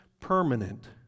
permanent